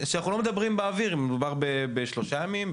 שאנחנו לא מדברים באוויר אם מדובר בשלושה ימים,